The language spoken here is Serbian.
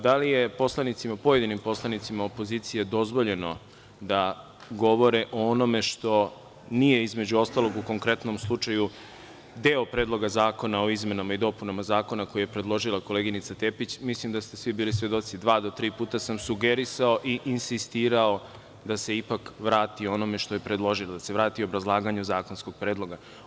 Da li je pojedinim poslanicima, pojedinim poslanicima opozicije dozvoljeno da govore o onome što nije, između ostalog u konkretnom slučaju deo predloga zakona o izmenama i dopunama zakona koji je predložila koleginica Tepić, mislim da ste svi bili svedoci dva, do tri puta sam sugerisao i insistirao da se ipak vrati onome što je predložila, da se vrati obrazlaganju zakonskog predloga.